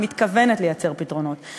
שהיא מתכוונת לייצר פתרונות.